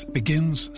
begins